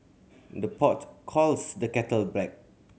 the pot calls the kettle black